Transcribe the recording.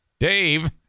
Dave